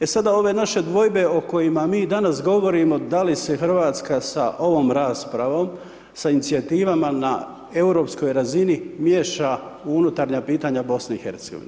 E sada ove naše dvojbe o kojima mi danas govorimo da li se Hrvatska sa ovom raspravom, sa inicijativama na europskoj razini miješa u unutarnja pitanja BiH.